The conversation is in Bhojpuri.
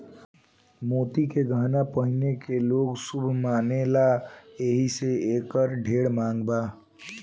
मोती के गहना पहिने के लोग शुभ मानेला एही से एकर ढेर मांग बा